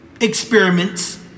experiments